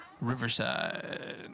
Riverside